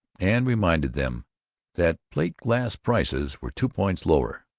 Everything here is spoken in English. and reminded them that plate-glass prices were two points lower.